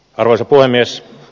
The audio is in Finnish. arvoisa puhemies